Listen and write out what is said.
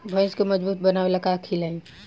भैंस के मजबूत बनावे ला का खिलाई?